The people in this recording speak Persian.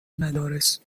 مدارس